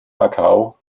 macau